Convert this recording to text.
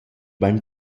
bain